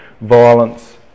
violence